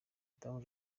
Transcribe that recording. madame